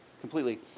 completely